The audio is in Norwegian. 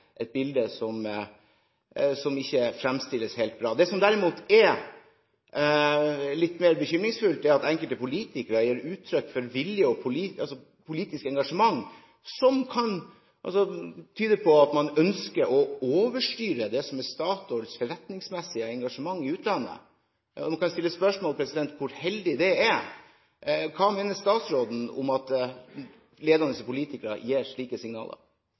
et bilde som ikke fremstilles helt bra. Det som derimot er litt mer bekymringsfullt, er at enkelte politikere gir uttrykk for vilje og politisk engasjement som kan tyde på at man ønsker å overstyre det som er Statoils forretningsmessige engasjement i utlandet. Så kan man stille spørsmål om hvor heldig det er. Hva mener statsråden om at ledende politikere gir slike signaler?